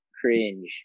cringe